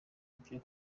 ibyo